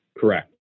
Correct